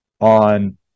on